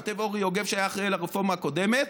כותב אורי יוגב, שהיה אחראי על הרפורמה הקודמת: